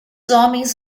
homens